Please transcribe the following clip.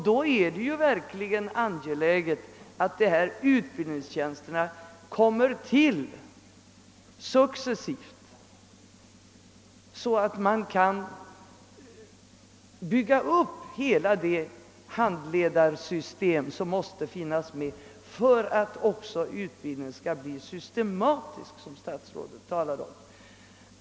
Det är då verkligen angeläget att dessa utbildningstjänster kommer till successivt, så att man kan bygga upp handledarsystemet och göra utbildningen så systematisk som statsrådet talade om.